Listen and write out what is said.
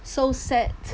so sad